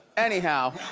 anyhow.